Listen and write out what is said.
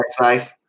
Nice